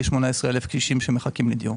כ-18,000 קשישים שמחכים לדיור.